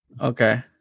Okay